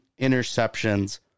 interceptions